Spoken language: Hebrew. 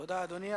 תודה, אדוני.